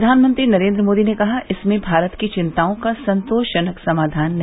प्रधानमंत्री नरेन्द्र मोदी ने कहा इसमें भारत की चिंताओं का संतोषजनक समाधान नहीं